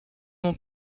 mon